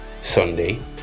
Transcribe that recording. Sunday